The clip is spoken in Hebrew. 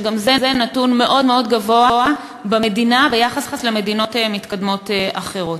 וגם זה נתון מאוד מאוד גבוה בהשוואה למדינות מתקדמות אחרות.